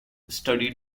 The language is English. studied